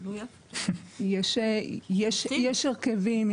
יש הרכבים,